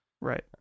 Right